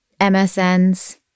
MSN's